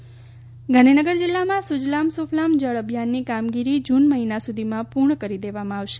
સુજલામ સુફલામ જળ અભિયાન ગાંધીનગર જિલ્લામાં સુજલમ્ સૂફલમ્ જળ અભિયાનની કામગીરી જૂન મહિના સુધીમાં પૂર્ણ કરી દેવામાં આવશે